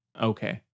Okay